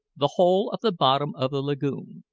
the whole of the bottom of the lagoon,